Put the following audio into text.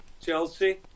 Chelsea